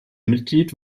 mitglied